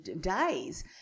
days